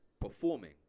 performing